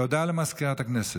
הודעה לסגנית מזכיר הכנסת.